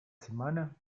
semana